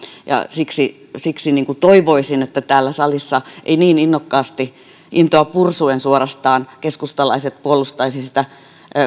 ja siksi toivoisin että täällä salissa eivät niin innokkaasti intoa pursuen suorastaan keskustalaiset puolustaisi sitä